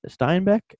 steinbeck